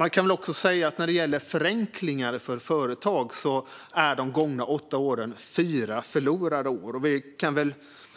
Jag kan också säga att när det gäller förenklingar för företag är de gångna åtta åren fyra förlorade år. Jag kan